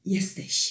Jesteś